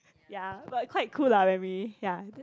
ya but quite cool lah when we ya